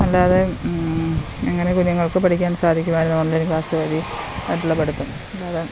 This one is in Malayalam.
അല്ലാതെ എങ്ങനെ കുഞ്ഞുങ്ങൾക്കു പഠിക്കാൻ സാധിക്കുമായിരുന്നു ഓൺലൈൻ ക്ലാസ്സു വഴി മറ്റുള്ള പഠിത്തം അല്ലാതെ